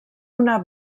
una